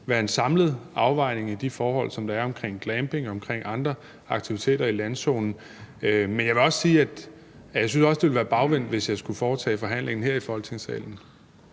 være en samlet afvejning af de forhold, som der er omkring glamping og andre aktiviteter i landzonen. Men jeg vil også sige, at jeg synes, det ville være bagvendt, hvis jeg skulle foretage forhandlingen her i Folketingssalen.